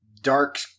dark